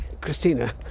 Christina